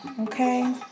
Okay